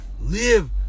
Live